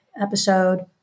episode